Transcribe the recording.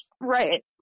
Right